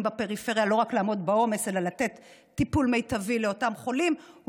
בפריפריה לא רק לעמוד בעומס אלא לתת טיפול מיטבי לאותם חולים,